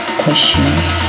questions